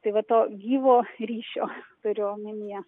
tai va to gyvo ryšio turiu omenyje